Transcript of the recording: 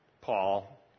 Paul